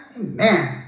Amen